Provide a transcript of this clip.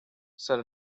said